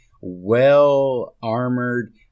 well-armored